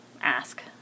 ask